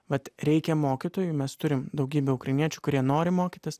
vat reikia mokytojų mes turim daugybę ukrainiečių kurie nori mokytis